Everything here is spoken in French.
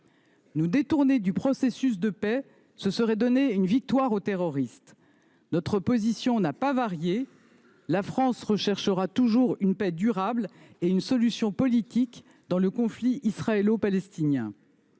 Se détourner du processus de paix, ce serait concéder une victoire aux terroristes. Je le répète, notre position n’a pas varié : la France cherchera toujours une paix durable et une solution politique au conflit israélo-palestinien.